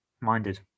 minded